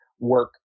work